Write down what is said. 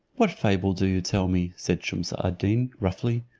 what fable do you tell me? said shumse ad deen, roughly.